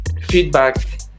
feedback